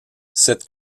cette